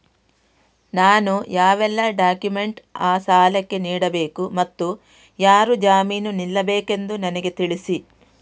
ನಾನು ಯಾವೆಲ್ಲ ಡಾಕ್ಯುಮೆಂಟ್ ಆ ಸಾಲಕ್ಕೆ ನೀಡಬೇಕು ಮತ್ತು ಯಾರು ಜಾಮೀನು ನಿಲ್ಲಬೇಕೆಂದು ನನಗೆ ತಿಳಿಸಿ?